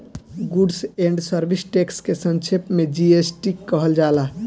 goods and service tax के संक्षेप में जी.एस.टी कहल जाला